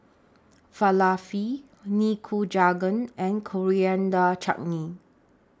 Falafel Nikujaga and Coriander Chutney